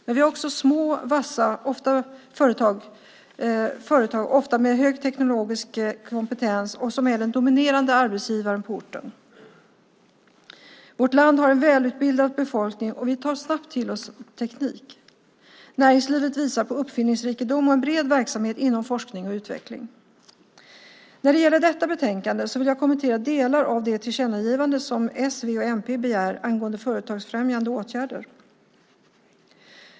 Men vi har också små vassa företag, ofta med hög teknologisk kompetens, som är den dominerande arbetsgivaren på orten. Vårt land har en välutbildad befolkning, och vi tar snabbt till oss teknik. Näringslivet visar på uppfinningsrikedom och en bred verksamhet inom forskning och utveckling. När det gäller detta betänkande vill jag kommentera delar av det tillkännagivande som s, v och mp begär angående företagsfrämjande åtgärder.